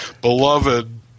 beloved